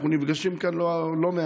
אנחנו נפגשים כאן לא מעט.